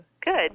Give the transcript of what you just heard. Good